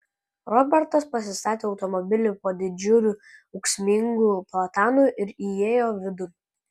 robertas pasistatė automobilį po didžiuliu ūksmingu platanu ir įėjo vidun